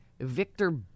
Victor